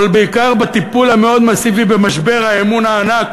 אבל בעיקר בטיפול המאוד-מסיבי במשבר האמון הענק